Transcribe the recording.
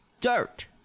dirt